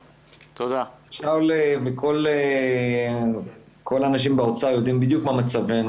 שאול וכל האנשים באוצר יודעים בדיוק מה מצבנו,